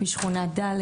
בשכונה ד'.